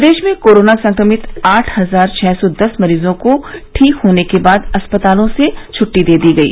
प्रदेश में कोरोना संक्रमित आठ हजार छह सौ दस मरीजों को ठीक होने के बाद अस्पतालों से छुट्टी दे दी गई